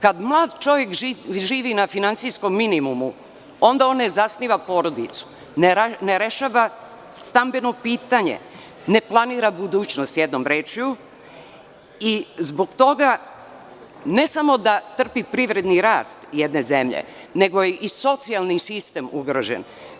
Kad mlad čovek živi na finansijskom minimumu onda on ne zasniva porodicu, ne rešava stambeno pitanje, ne planira budućnost, jednom rečju, i zbog toga ne samo da trpi privredi rast jedne zemlje, nego je i socijalni sistem ugrožen.